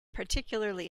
particularly